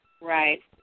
Right